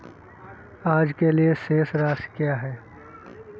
आज के लिए शेष राशि क्या है?